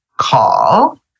call